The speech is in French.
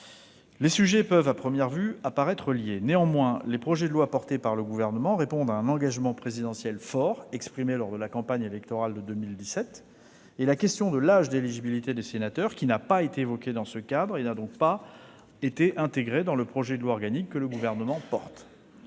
Les sujets peuvent à première vue apparaître liés. Néanmoins, les textes présentés par le Gouvernement répondent à un engagement présidentiel fort, exprimé lors de la campagne électorale de 2017. La question de l'âge d'éligibilité des sénateurs n'a pas été évoquée dans ce cadre et n'a donc pas été intégrée dans le projet de loi organique que le Gouvernement porte.